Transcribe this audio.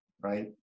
right